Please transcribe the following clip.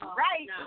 right